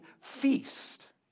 feast